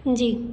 जी